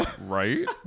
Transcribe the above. Right